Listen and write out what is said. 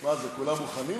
מה זה, כולם מוכנים או מה?